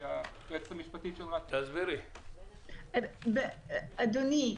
אדוני,